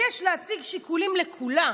"אבקש להציג שיקולים לקולא